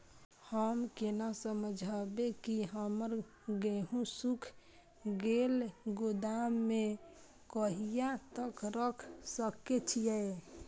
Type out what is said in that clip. हम केना समझबे की हमर गेहूं सुख गले गोदाम में कहिया तक रख सके छिये?